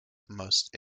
most